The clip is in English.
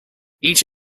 each